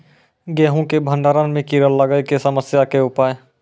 गेहूँ के भंडारण मे कीड़ा लागय के समस्या के उपाय?